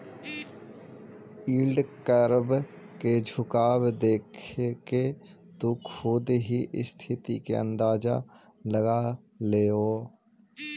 yield curve के झुकाव देखके तु खुद ही स्थिति के अंदाज लगा लेओ